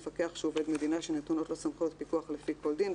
מפקח שהוא עובד המדינה שנתונות לו סמכויות פיקוח לפי כל דין,